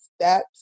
steps